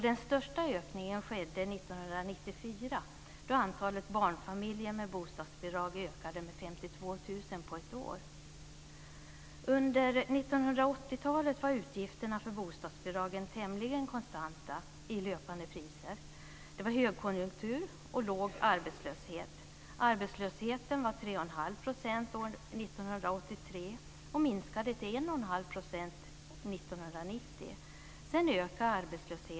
Den största ökningen skedde Under 1980-talet var utgifterna för bostadsbidragen tämligen konstanta i löpande priser. Det var högkonjunktur och låg arbetslöshet. Arbetslösheten var 3,5 % år 1983 och minskade till 1,5 % år 1990. Sedan ökade arbetslösheten.